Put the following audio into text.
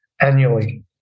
annually